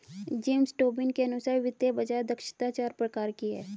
James Tobin के अनुसार वित्तीय बाज़ार दक्षता चार प्रकार की है